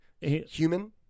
Human